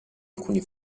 alcune